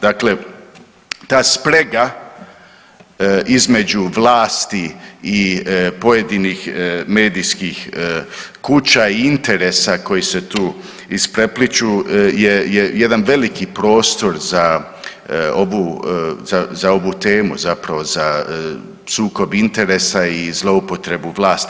Dakle, ta sprega između vlasti i pojedinih medijskih kuća i interesa koji se tu isprepliću je jedan veliki prostor za ovu, za, za ovu temu, zapravo za sukob interesa i zloupotrebu vlasti.